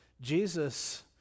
Jesus